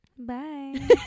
Bye